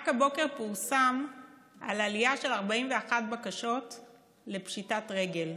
רק הבוקר פורסם על עלייה של 41% בבקשות לפשיטת רגל.